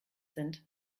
sind